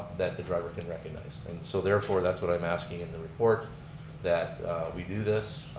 that the driver can recognize. and so therefore that's what i'm asking in the report that we do this.